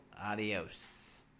adios